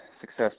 success